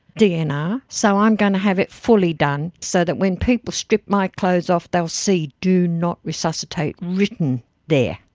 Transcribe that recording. dnr. so i'm going to have it fully done, so that when people strip my clothes off they'll see do not resuscitate written there,